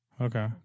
Okay